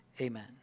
Amen